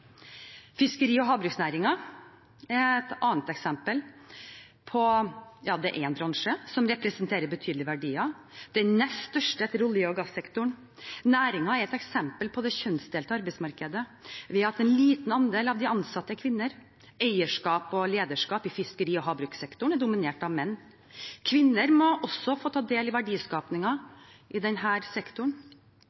Fiskeri- og havbruksnæringen er et annet eksempel. Det er en bransje som representerer betydelige verdier, den nest største etter olje- og gassektoren. Næringen er et eksempel på det kjønnsdelte arbeidsmarkedet ved at en liten andel av de ansatte er kvinner. Eierskap og lederskap i fiskeri- og havbrukssektoren er dominert av menn. Kvinner må også få ta del i